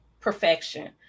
perfection